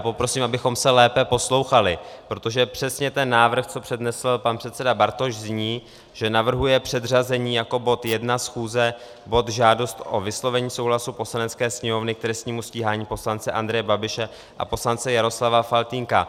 Já poprosím, abychom se lépe poslouchali, protože přesně ten návrh, co přednesl pan předseda Bartoš, zní, že navrhuje předřazení jako bod 1 schůze Žádost o vyslovení souhlasu Poslanecké sněmovny k trestnímu stíhání poslance Andreje Babiše a poslance Jaroslava Faltýnka.